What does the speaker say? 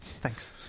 Thanks